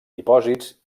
dipòsits